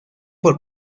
por